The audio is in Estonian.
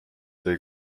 tõi